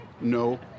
no